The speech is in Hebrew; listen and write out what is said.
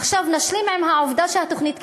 עכשיו, נשלים עם העובדה שהתוכנית קיימת,